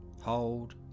hold